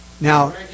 Now